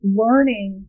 learning